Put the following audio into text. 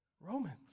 Romans